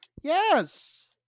Yes